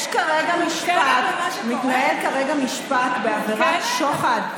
יש כרגע משפט, מתנהל כרגע משפט בעבירת שוחד.